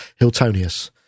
hiltonius